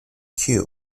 queue